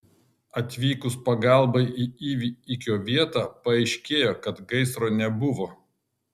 atvykus pagalbai į įvykio vietą paaiškėjo kad gaisro nebuvo